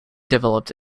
developed